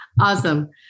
Awesome